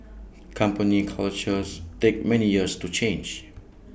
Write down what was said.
company cultures takes many years to change